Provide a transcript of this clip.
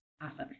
Awesome